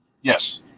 yes